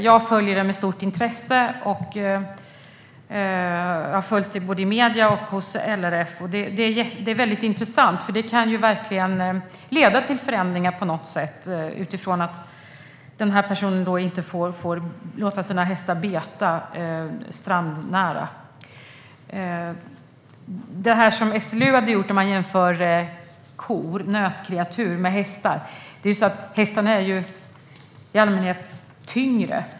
Jag följer det här med stort intresse både i massmedierna och hos LRF. Det är intressant eftersom det verkligen kan leda till förändringar på något sätt, då personen i fråga inte får låta sina hästar beta strandnära. Vad gäller SLU:s jämförelse mellan nötkreatur och hästar kan sägas att hästar i allmänhet är tyngre.